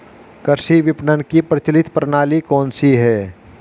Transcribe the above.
कृषि विपणन की प्रचलित प्रणाली कौन सी है?